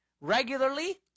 regularly